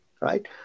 right